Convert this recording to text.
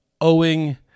owing